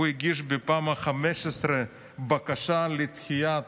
הוא הגיש בפעם ה-15 בקשה לדחיית